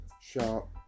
sharp